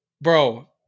Bro